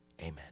amen